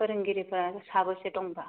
फोरोंगिरिफ्रा साबोसे दं बेबा